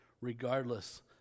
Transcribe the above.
regardless